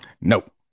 Nope